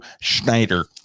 schneider